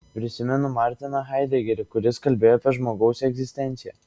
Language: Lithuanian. prisimenu martiną haidegerį kuris kalbėjo apie žmogaus egzistenciją